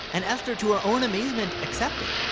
and esther, to her own amazement, accepted.